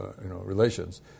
relations